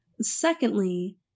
Secondly